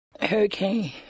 Hurricane